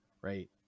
right